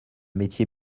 métier